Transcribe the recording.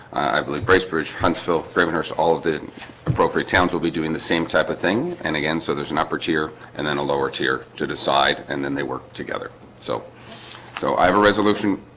i believe bracebridge huntsville perimeters all of the appropriate towns will be doing the same type of thing and again so there's an upper tier and then a lower tier to decide and then they work together. so so i have a resolution